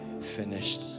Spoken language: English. finished